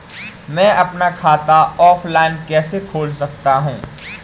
मैं अपना खाता ऑफलाइन कैसे खोल सकता हूँ?